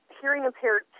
hearing-impaired